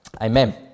Amen